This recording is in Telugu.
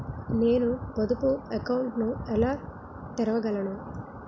నేను పొదుపు అకౌంట్ను ఎలా తెరవగలను?